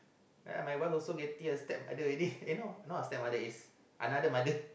ya my wife also getting a stepmother already eh no not a stepmother is another mother